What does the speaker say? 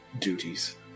duties